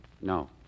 No